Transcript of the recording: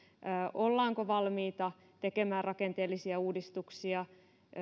ollaanko valmiita tekemään rakenteellisia uudistuksia